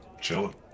chilling